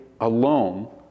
alone